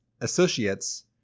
associates